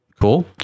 cool